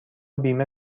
بیمه